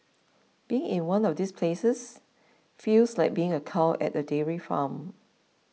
being in one of these places feels like being a cow at a dairy farm